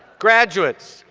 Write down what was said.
graduates,